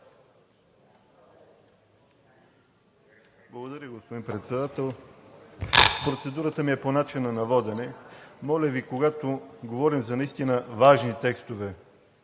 Благодаря, господин Председател. Процедурата ми е по начина на водене. Моля Ви, когато говорим за наистина важни текстове